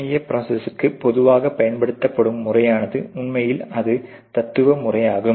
FMEA ப்ரோசஸ்க்கு பொதுவாக பயன்படுத்தப்படும் முறையானது உண்மையில் அது தத்துவம் முறையாகும்